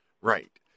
Right